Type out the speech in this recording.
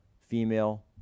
female